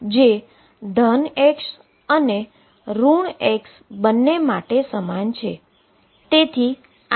જે ધન x axis અને ઋણ x એક્સીસ બંને માટે સમાન છે